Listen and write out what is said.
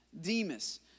Demas